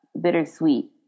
bittersweet